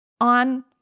on